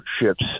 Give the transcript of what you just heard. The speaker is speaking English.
ships